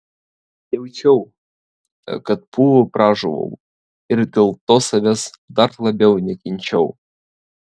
jaučiau kad pūvu pražuvau ir dėl to savęs dar labiau nekenčiau